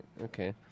okay